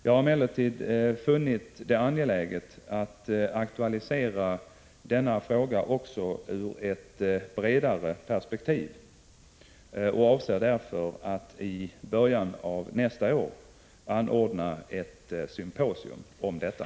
Jag har emellertid funnit det angeläget att aktualisera denna fråga också ur ett bredare perspektiv och avser därför att i början av nästa år anordna ett symposium om detta.